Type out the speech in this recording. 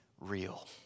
real